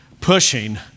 pushing